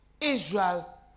israel